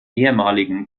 ehemaligen